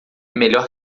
melhor